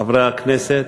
חברי הכנסת,